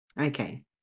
okay